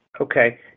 okay